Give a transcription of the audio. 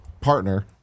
partner